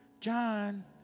John